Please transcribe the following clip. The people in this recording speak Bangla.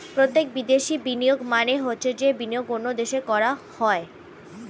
প্রত্যক্ষ বিদেশি বিনিয়োগ মানে হচ্ছে যে বিনিয়োগ অন্য দেশে করা হয়